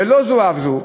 ולא זו אף זו,